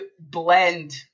blend